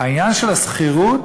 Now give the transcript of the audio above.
העניין של השכירות,